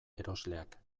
erosleak